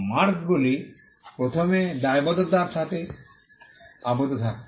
marks গুলি প্রথমে দায়বদ্ধতার সাথে আবদ্ধ থাকত